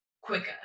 quicker